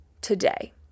today